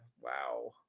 Wow